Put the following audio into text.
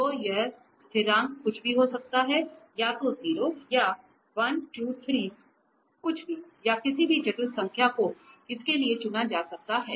तो यह स्थिरांक कुछ भी हो सकता है या तो 0 या 123 कुछ भी या किसी भी जटिल संख्या को इसके लिए चुना जा सकता है